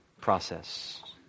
process